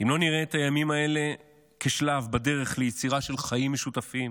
אם לא נראה את הימים האלה כשלב בדרך ליצירה של חיים משותפים